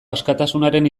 askatasunaren